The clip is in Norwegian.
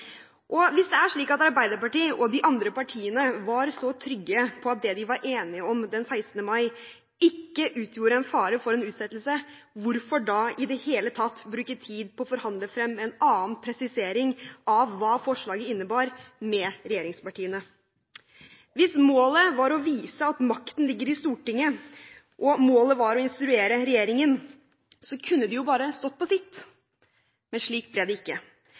PUD-behandlingen. Hvis Arbeiderpartiet og de andre partiene var så trygge på at det de var enige om den 16. mai, ikke utgjorde fare for utsettelse, hvorfor i det hele tatt bruke tid på å forhandle frem en annen presisering av hva forslaget innebar, med regjeringspartiene? Hvis målet var å vise at makten ligger i Stortinget, og hvis målet var å instruere regjeringen, kunne de bare ha stått på sitt. Slik ble det ikke.